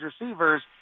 receivers